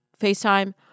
FaceTime